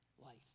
life